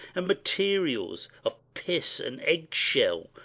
and materials, of piss and egg-shells,